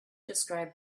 described